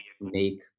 make